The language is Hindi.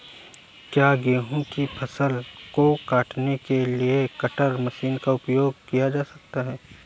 क्या गेहूँ की फसल को काटने के लिए कटर मशीन का उपयोग किया जा सकता है?